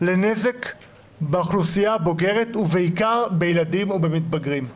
לנזק באוכלוסייה הבוגרת ובעיקר בילדים ובמתבגרים".